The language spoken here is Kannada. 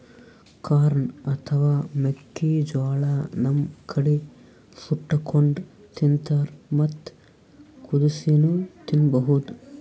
ಕಾರ್ನ್ ಅಥವಾ ಮೆಕ್ಕಿಜೋಳಾ ನಮ್ ಕಡಿ ಸುಟ್ಟಕೊಂಡ್ ತಿಂತಾರ್ ಮತ್ತ್ ಕುದಸಿನೂ ತಿನ್ಬಹುದ್